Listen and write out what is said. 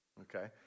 okay